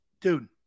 dude